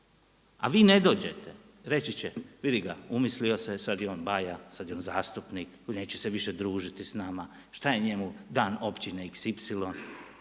a vi ne dođete, reći će, vidi ga, umislio se, sada je on baja, sada je on zastupnik, neće se više družiti s nama, šta je njemu dan općine xy.